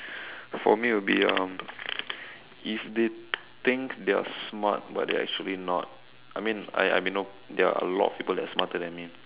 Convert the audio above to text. for me would be um if they think they're smart but they're actually not I mean I may know there are a lot of people that are smarter than me